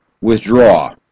withdraw